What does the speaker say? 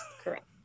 correct